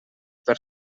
per